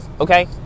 okay